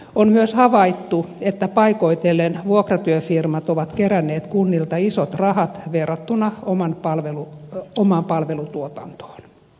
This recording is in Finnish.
on myös havaittu että paikoitellen vuokratyöfirmat ovat keränneet kunnilta isot rahat verrattuna omaan palvelutuotantoon